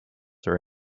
are